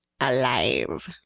alive